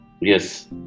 Yes